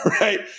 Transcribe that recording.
Right